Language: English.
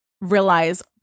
realize